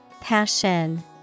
Passion